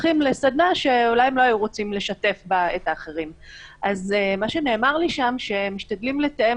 להדגיש את החיסיון שבדברים שנאמרים בקבוצה ולהתאים